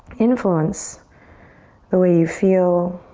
influence the way you feel.